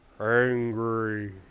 angry